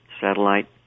satellite